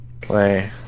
Play